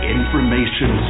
Information